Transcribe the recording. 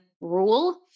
rule